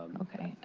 okay.